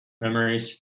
memories